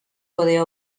poder